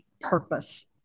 purpose